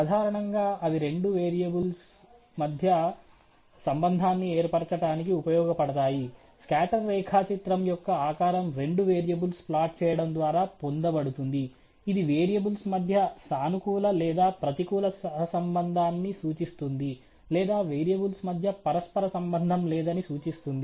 సాధారణంగా అవి రెండు వేరియబుల్స్ మధ్య సంబంధాన్ని ఏర్పరచటానికి ఉపయోగపడతాయి స్కాటర్ రేఖాచిత్రం యొక్క ఆకారం రెండు వేరియబుల్స్ ప్లాట్ చేయడం ద్వారా పొందబడుతుంది ఇది వేరియబుల్స్ మధ్య సానుకూల లేదా ప్రతికూల సహసంబంధాన్ని సూచిస్తుంది లేదా వేరియబుల్స్ మధ్య పరస్పర సంబంధం లేదని సూచిస్తుంది